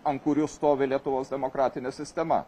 ant kurių stovi lietuvos demokratinė sistema